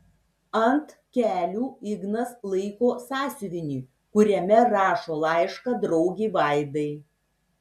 ant kelių ignas laiko sąsiuvinį kuriame rašo laišką draugei vaidai